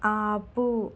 ఆపు